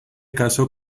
casó